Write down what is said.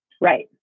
Right